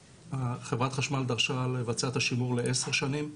חברת חשמל דרשה לבצע את השימור לעשר שנים.